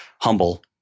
humble